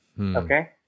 Okay